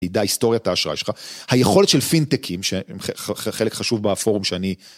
ידע היסטוריה האשראי שלך, היכולת של פינטקים, חלק חשוב בפורום שאני